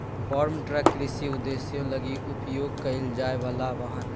farm truck कृषि उद्देश्यों लगी उपयोग कईल जाय वला वाहन हइ